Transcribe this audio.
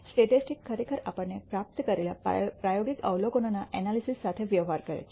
statistics ખરેખર આપણને પ્રાપ્ત કરેલા પ્રાયોગિક અવલોકનોના ઍનાલિસિસ સાથે વ્યવહાર કરે છે